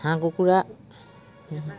হাঁহ কুকুৰা